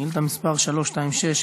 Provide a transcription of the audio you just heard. שאילתה מס' 326,